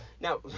Now